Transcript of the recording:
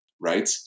right